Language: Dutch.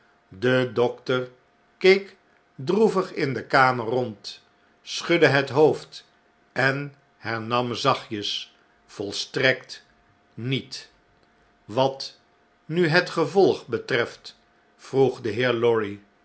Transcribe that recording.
de dokter keek droevig in de kamer rond schudde het hoofd en hernam zaehtjes volstrekt niet nu dat is een groote troost ik ben er oprecht dankbaar voor zei de heer lorry